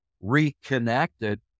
reconnected